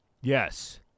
Yes